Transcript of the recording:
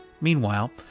Meanwhile